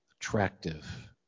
attractive